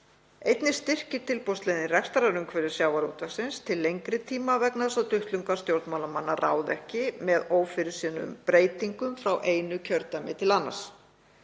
Einnig styrkir tilboðsleiðin rekstrarumhverfi sjávarútvegsins til lengri tíma vegna þess að duttlungar stjórnmálamanna ráða ekki með ófyrirséðum breytingum frá einu kjördæmi til annars.